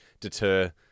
deter